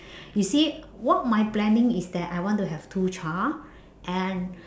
you see what my planning is that I want to have two child and